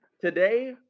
Today